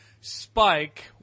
Spike